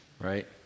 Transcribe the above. Right